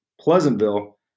Pleasantville